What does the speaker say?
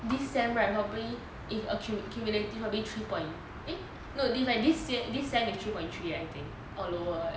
this sem right probably if cumulative maybe three point eh if I this sem is three point three I think or lower